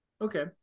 Okay